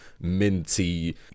minty